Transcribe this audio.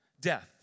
death